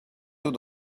tôt